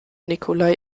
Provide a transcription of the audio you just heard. nikolai